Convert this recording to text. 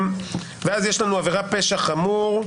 ואז יש לנו עבירת פשע חמור,